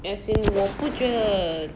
as in 我不觉得